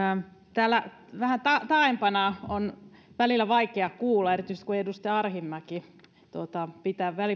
täällä vähän taaempana on välillä vaikea kuulla erityisesti kun edustaja arhinmäki pitää